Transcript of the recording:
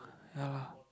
ya lah